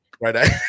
right